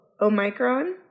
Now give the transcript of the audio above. Omicron